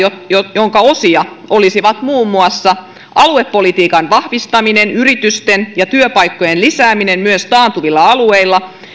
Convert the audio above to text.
jonka osia olisivat muun muassa aluepolitiikan vahvistaminen yritysten ja työpaikkojen lisääminen myös taantuvilla alueilla